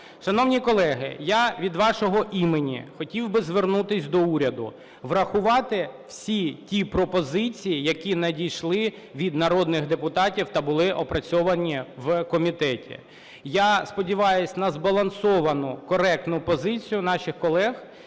Шановні колеги, я від вашого імені хотів би звернутись до уряду врахувати всі ті пропозиції, які надійшли від народних депутатів та були опрацьовані в комітеті. Я сподіваюсь на збалансовану, коректну позицію наших колег,